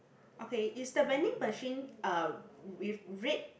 okay is the vending machine uh with red